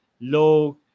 low